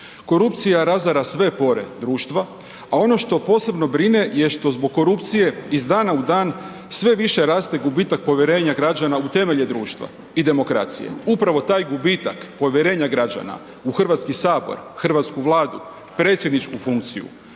Korupcija razara sve pore društva, a ono što posebno brine je što zbog korupcije iz dana u dan sve više raste gubitak povjerenja građana u temelje društva i demokracije. Upravo taj gubitak povjerenja građana u Hrvatski sabor, hrvatsku Vladu, predsjedničku funkciju,